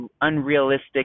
unrealistic